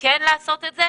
כן לעשות את זה,